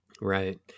Right